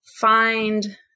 find